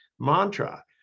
mantra